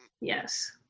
yes